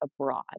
abroad